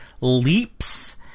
leaps